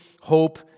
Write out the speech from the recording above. hope